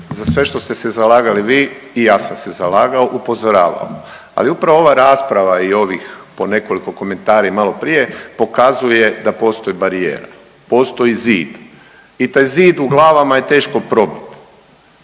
Za sve što ste se zalagali vi i ja sam se zalagao, upozoravao, ali upravo ova rasprava i ovih ponekoliko komentari malo prije pokazuje da postoje da postoji barijera, postoji zid. I taj zid u glavama je teško probiti.